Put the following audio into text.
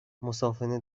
مسافرین